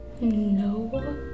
No